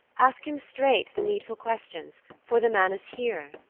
ask him straight the needful questions, for the man is here.